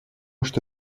что